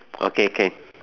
okay can